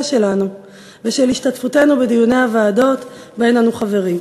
שלנו ושל השתתפותנו בדיוני הוועדות שבהן אנו חברים.